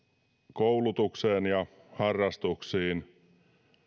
koulutukseen ja harrastuksiin